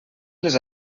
les